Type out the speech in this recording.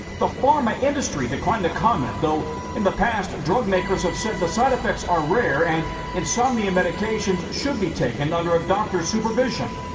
the pharma industry declined to comment, though in the past drugmakers have said the side effects are rare and insomnia medications should be taken under a doctor's supervision.